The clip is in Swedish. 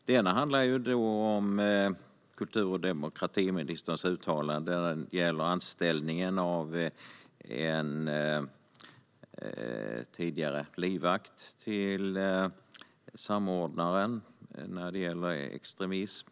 Det ena handlar om kultur och demokratiministerns uttalande när det gäller anställningen av en tidigare livvakt till samordnaren mot extremism.